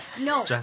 No